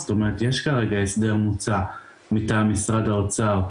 זאת אומרת יש כרגע הסדר מוצע מטעם משרד האוצר,